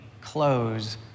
close